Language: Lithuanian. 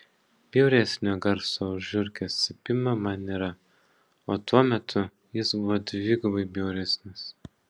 bjauresnio garso už žiurkės cypimą man nėra o tuo metu jis buvo dvigubai bjauresnis